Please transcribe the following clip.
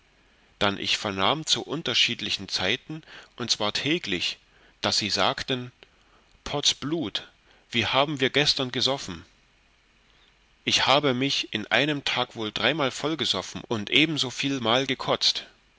dann ich vernahm zu unterschiedlichen zeiten und zwar täglich daß sie sagten potz blut wie haben wir gestern gesoffen ich habe mich in einem tag wohl dreimal vollgesoffen und ebenso vielmal gekotzt